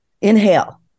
inhale